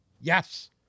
Yes